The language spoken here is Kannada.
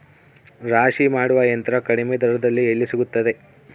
ರಾಶಿ ಮಾಡುವ ಯಂತ್ರ ಕಡಿಮೆ ದರದಲ್ಲಿ ಎಲ್ಲಿ ಸಿಗುತ್ತದೆ?